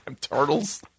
Turtles